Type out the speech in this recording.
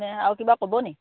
নে আৰু কিবা ক'ব নি